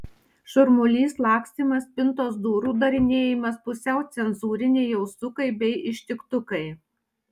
šurmulys lakstymas spintos durų darinėjimas pusiau cenzūriniai jaustukai bei ištiktukai